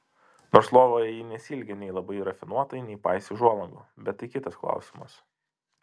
nors lovoje ji nesielgė nei labai rafinuotai nei paisė užuolankų bet tai kitas klausimas